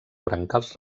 brancals